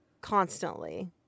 constantly